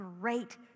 great